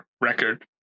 Record